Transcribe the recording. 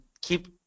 keep